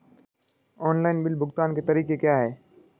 Online bill भुगतान के तरीके क्या हैं?